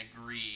agree